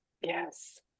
yes